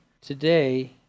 today